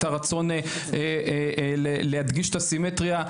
את הרצון להדגיש את הסימטריה.